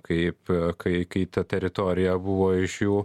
kaip kai kai ta teritorija buvo iš jų